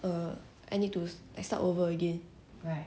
err I need to I start over again